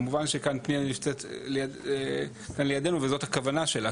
כמובן שכאן פנינה נמצאת לידינו וזאת הכוונה שלה.